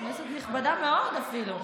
כנסת נכבדה מאוד אפילו.